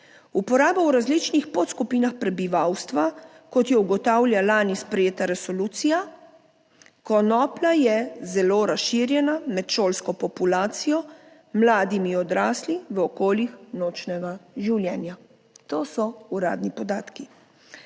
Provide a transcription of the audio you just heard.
Uporaba v različnih podskupinah prebivalstva, kot jo ugotavlja lani sprejeta resolucija, konoplja je zelo razširjena med šolsko populacijo, mladimi, odrasli, v okoljih nočnega življenja. To so uradni podatki.